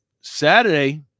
saturday